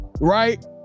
right